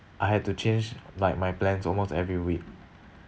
I had to change like my plans almost every week